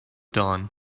dawn